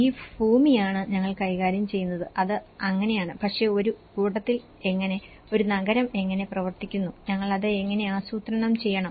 ഈ ഭൂമിയാണ് ഞങ്ങൾ കൈകാര്യം ചെയ്യുന്നത് അത് അങ്ങനെയാണ് പക്ഷേ ഒരു കൂട്ടത്തിൽ എങ്ങനെ ഒരു നഗരം എങ്ങനെ പ്രവർത്തിക്കുന്നു ഞങ്ങൾ അത് എങ്ങനെ ആസൂത്രണം ചെയ്യണം